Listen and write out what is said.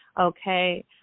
Okay